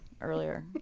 earlier